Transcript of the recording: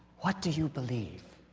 what do you believe?